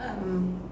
um